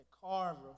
Carver